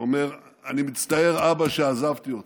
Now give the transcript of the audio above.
אני מצטער, אבא, שעזבתי אותך.